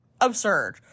absurd